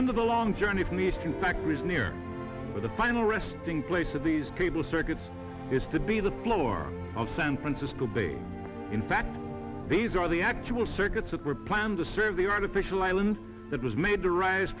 end of the long journey from eastern factories near the final resting place of these people circus is to be the floor of san francisco bay in fact these are the actual circuits that were planned to serve the artificial island that was made to rise